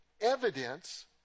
evidence